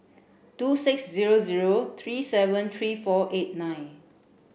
two six zero zero three seven three four eight nine